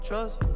Trust